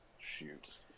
shoot